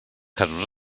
casos